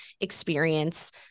experience